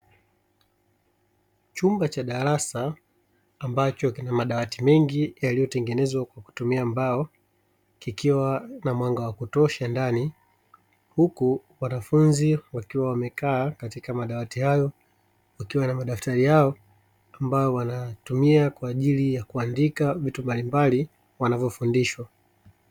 Chumba cha darasa ambacho kina madawati mengi, yaliyotengenezwa kwa kutumia mbao kikiwa na mwanga wa kutosha ndani. Huku wanafunzi wakiwa wamekaa katika madawati hayo. Wakiwa na madaftari yao ambayo wanayatumia kwa ajili ya kuandika vitu mbalimbali wanavyofundishwa.